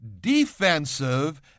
defensive